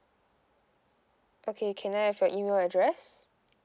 okay can I have your email address